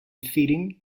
feeding